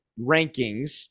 rankings